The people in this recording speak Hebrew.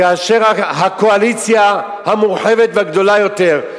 כאשר הקואליציה המורחבת והגדולה יותר,